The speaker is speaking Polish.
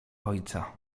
ojca